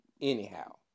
anyhow